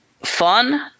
fun